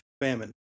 Famine